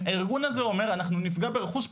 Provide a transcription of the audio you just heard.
הארגון הזה אומר: אנחנו נפגע ברכוש פרטי.